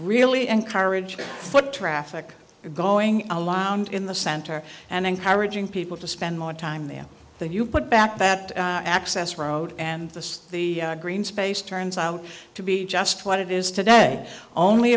really encourage foot traffic going a lounge in the center and encouraging people to spend more time there than you put back that access road and the the green space turns out to be just what it is today only